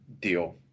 deal